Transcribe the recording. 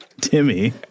Timmy